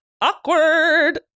Awkward